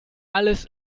alles